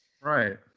Right